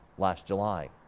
last july.